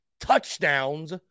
touchdowns